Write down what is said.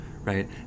right